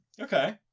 Okay